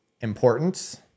importance